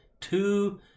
two